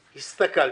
הסתכלתי,